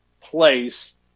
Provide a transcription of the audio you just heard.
place